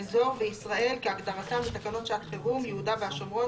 "אזור" ו"ישראל" כהגדרתם בתקנות שעת חירום (יהודה והשומרון,